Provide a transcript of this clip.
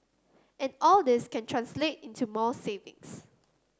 and all this can translate into more savings